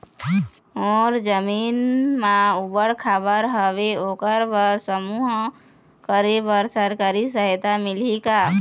मोर जमीन म ऊबड़ खाबड़ हावे ओकर बर समूह करे बर सरकारी सहायता मिलही का?